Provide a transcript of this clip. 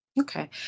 Okay